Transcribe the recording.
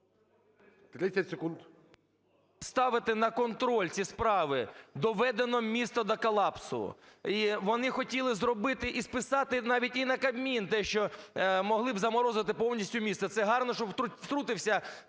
…поставити на контроль ці справи. Доведено місто до колапсу. І вони хотіли зробити і списати навіть і на Кабмін те, що могли б заморозити повністю місто. Це гарно, що втрутивсяв.о.